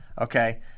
okay